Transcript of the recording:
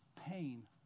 pain